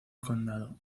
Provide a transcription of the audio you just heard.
condado